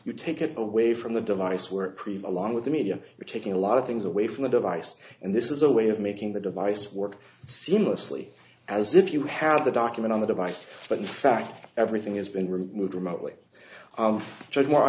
you take it away from the device work pretty long with the media you're taking a lot of things away from the device and this is a way of making the device work seamlessly as if you have the document on the device but in fact everything has been removed remotely